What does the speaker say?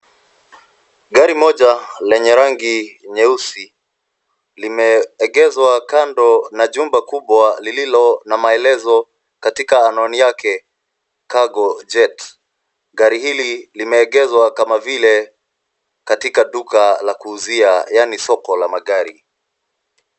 Gari moja lenye rangi nyeusi limeegezwa kando na jumba kubwa lililo na maelezo katika anwani yake cargo jet. Gari hili limeegezwa kama vile katika duka la kuuzia, yani soko la magari.